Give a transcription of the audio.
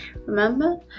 Remember